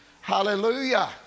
Hallelujah